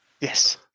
Yes